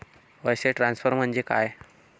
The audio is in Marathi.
पैसे ट्रान्सफर म्हणजे काय?